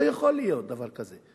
לא יכול להיות דבר כזה.